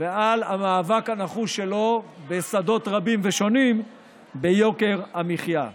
ועל המאבק הנחוש שלו בשדות רבים ושונים ביוקר המחיה.